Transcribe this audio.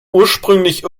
ursprünglich